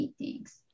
meetings